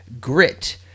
grit